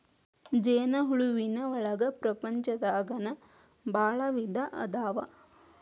ಜೇನ ಹುಳುವಿನ ಒಳಗ ಪ್ರಪಂಚದಾಗನ ಭಾಳ ವಿಧಾ ಅದಾವ